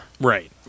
Right